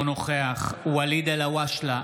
אינו נוכח ואליד אלהואשלה,